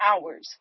hours